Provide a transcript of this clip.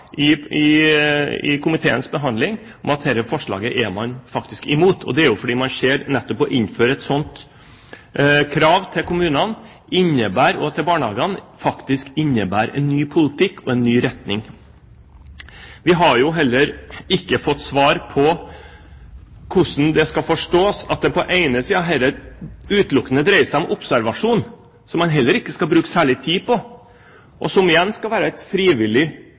i forbindelse med komiteens behandling om at dette forslaget er man faktisk imot. Det er fordi man nettopp ser at å innføre et sånt krav til kommunene og til barnehagene faktisk innebærer en ny politikk og en ny retning. Vi har heller ikke fått svar på hvordan det skal forstås at det utelukkende dreier seg om observasjon, som man heller ikke skal bruke særlig tid på, og som igjen skal være et frivillig